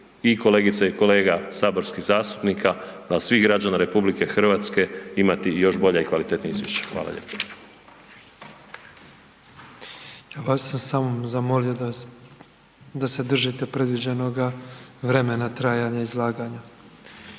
i kolegica i kolega saborskih zastupnika, svih građana RH imati još bolje i kvalitetnije izvješće. Hvala lijepo. **Petrov, Božo (MOST)** Ja bi vas samo zamolio da se držite predviđenoga vremena trajanja izlaganja.